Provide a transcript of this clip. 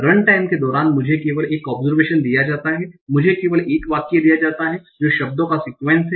runtime के दौरान मुझे केवल एक ओबसरवेशन दिया जाता है मुझे केवल एक वाक्य दिया जाता है जो शब्दों का सिक्यूएन्स है